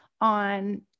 on